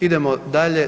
Idemo dalje.